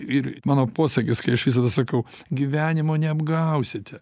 ir mano posakis kai aš visada sakau gyvenimo neapgausite